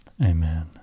Amen